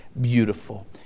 beautiful